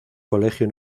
colegio